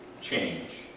change